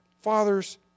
Fathers